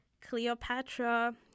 Cleopatra